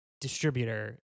distributor